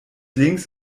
links